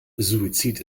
suizid